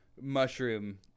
mushroom